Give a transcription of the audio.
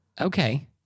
Okay